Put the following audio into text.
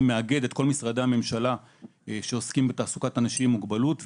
מאגד את כל משרדי הממשלה שעוסקים בתעסוקת אנשים עם מוגבלות.